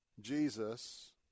Jesus